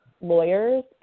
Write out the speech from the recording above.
lawyers